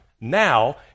now